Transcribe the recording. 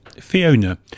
Fiona